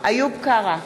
איוב קרא,